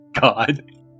God